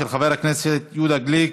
של חבר הכנסת יהודה גליק.